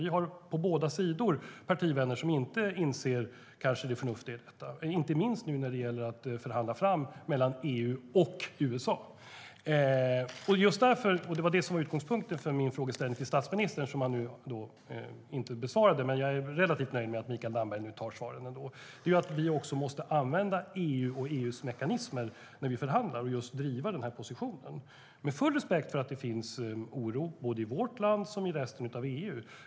Vi har på båda sidor partivänner som kanske inte inser det förnuftiga i detta. Det är viktigt, inte minst nu när det gäller att förhandla fram ett avtal mellan EU och USA. Utgångspunkten för min frågeställning till statsministern - han besvarade inte den, men jag är relativt nöjd med att Mikael Damberg tar svaret - är att vi måste använda EU och EU:s mekanismer när vi förhandlar och måste driva just den positionen. Jag har full respekt för att det finns oro, i både vårt land och resten av EU.